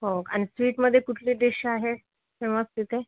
हो आणि स्वीटमध्ये कुठली डिश आहे फेमस तिथे